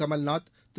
Kamal Nath Thiru